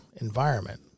environment